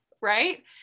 Right